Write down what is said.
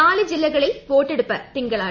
നാല് ജില്ലകളിൽ വോട്ടെടുപ്പ് തിങ്കളാഴ്ച